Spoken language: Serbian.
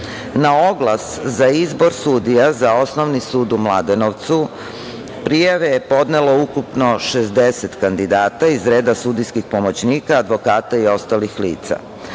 Na oglas za izbor sudija za Osnovni sud u Mladenovcu, prijave je podnelo ukupno 60 kandidata iz reda sudijskih pomoćnika, advokata i ostalih lica. Na